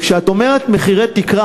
כשאת אומרת מחירי תקרה,